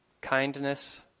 kindness